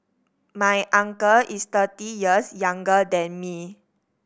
my uncle is thirty years younger than me